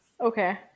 Okay